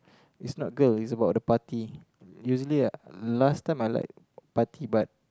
is not girl is about the party usually I last time I like party but